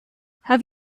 have